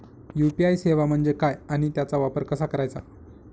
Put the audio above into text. UPI सेवा म्हणजे काय आणि त्याचा वापर कसा करायचा?